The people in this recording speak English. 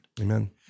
Amen